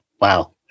Wow